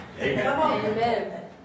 Amen